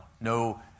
No